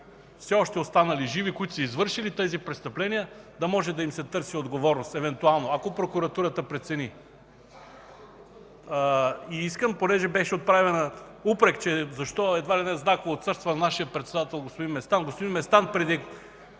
все още останали живи, които са извършили тези престъпления, да може да им се търси отговорност евентуално, ако прокуратурата прецени. И искам, понеже беше отправен упрек, че защо, едва ли не знаково, отсъства нашият председател господин Местан – господин Местан преди